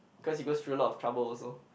cause he goes through a lot of trouble also